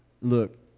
Look